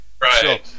Right